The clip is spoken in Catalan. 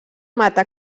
mata